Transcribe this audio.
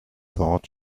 thought